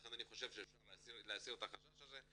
לכן אני חושב שאפשר להסיר את החשש הזה,